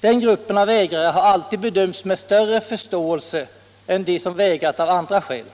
Den gruppen av vägrare har alltid bedömts med större förståelse än de som vägrat av andra skäl.